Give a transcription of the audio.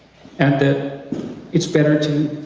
and that it's better to